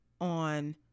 on